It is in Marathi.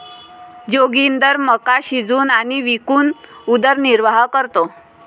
जोगिंदर मका शिजवून आणि विकून उदरनिर्वाह करतो